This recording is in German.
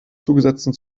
zugesetzten